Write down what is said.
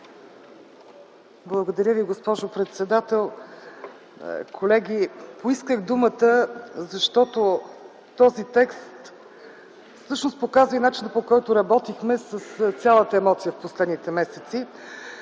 Благодаря Ви, госпожо председател. Колеги, поисках думата, защото този текст всъщност показва и начина, по който работихме, с цялата емоция в последните месеци.